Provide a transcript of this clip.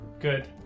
good